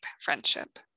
friendship